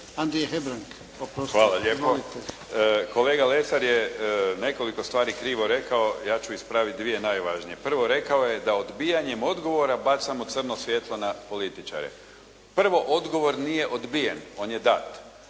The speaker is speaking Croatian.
Andrija (HDZ)** Hvala lijepo. Kolega Lesar je nekoliko stvari krivo rekao, ja ću ispraviti dvije najvažnije. Prvo rekao je da odbijanjem odgovora bacamo crno svjetlo na političare. Prvo, odgovor nije odbijen, on je dat.